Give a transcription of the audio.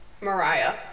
Mariah